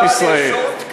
אני קורא לשר הביטחון,